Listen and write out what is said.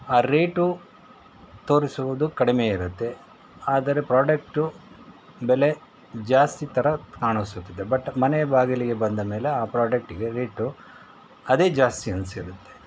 ಆ ರೇಟು ತೋರಿಸುವುದು ಕಡಿಮೆ ಇರತ್ತೆ ಆದರೆ ಪ್ರೊಡಕ್ಟು ಬೆಲೆ ಜಾಸ್ತಿ ಥರ ಕಾಣಿಸುತ್ತಿದೆ ಬಟ್ ಮನೆ ಬಾಗಿಲಿಗೆ ಬಂದ ಮೇಲೆ ಆ ಪ್ರೊಡಕ್ಟಿಗೆ ರೇಟು ಅದೇ ಜಾಸ್ತಿ ಅನಿಸಿರುತ್ತೆ